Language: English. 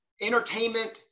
entertainment